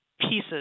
pieces